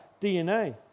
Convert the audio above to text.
DNA